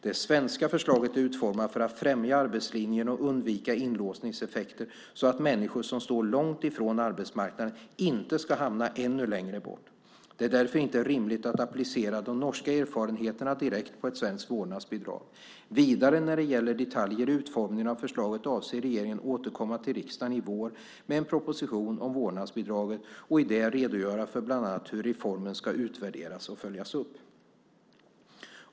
Det svenska förslaget är utformat för att främja arbetslinjen och undvika inlåsningseffekter så att människor som står långt ifrån arbetsmarknaden inte ska hamna ännu längre bort. Det är därför inte rimligt att applicera de norska erfarenheterna direkt på ett svenskt vårdnadsbidrag. Vidare när det gäller detaljer i utformningen av förslaget avser regeringen att återkomma till riksdagen i vår med en proposition om vårdnadsbidraget och i den redogöra för bland annat hur reformen ska utvärderas och följas upp.